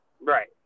Right